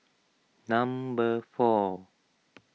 number four